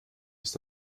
ist